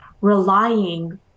relying